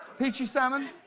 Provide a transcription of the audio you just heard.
peachy salmon?